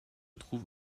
trouve